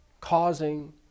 causing